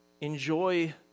Enjoy